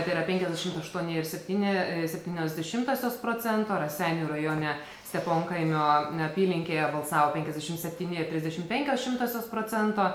tai yra penkiasdešimt aštuoni ir septyni septynios dešimtosios procento raseinių rajone steponkaimio apylinkėje balsavo penkiasdešimt septyni ir trisdešimt penkios šimtosios procento